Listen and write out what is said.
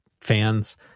fans